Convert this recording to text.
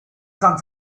san